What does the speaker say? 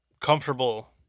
comfortable